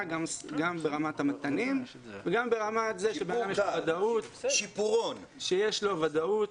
וגם ברמת המתנים וגם בכך שיש לאיש ודאות